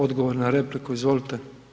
Odgovor na repliku, izvolite.